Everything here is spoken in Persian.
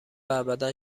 ابدا